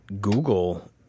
Google